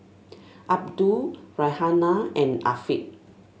Abdul Raihana and Afiq